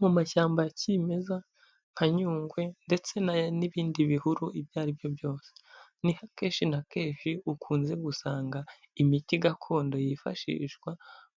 Mu mashyamba ya kimeza nka Nyungwe ndetse n'ibindi bihuru ibyo ari byo byose, ni ho akeshi na kenshi ukunze gusanga imiti gakondo yifashishwa